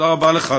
תודה רבה לך,